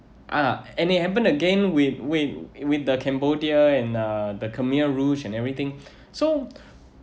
uh and it happened again with with with the cambodia and uh the khmer rouge and everything so